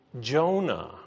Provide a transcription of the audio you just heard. Jonah